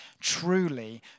truly